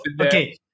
Okay